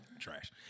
trash